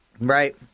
Right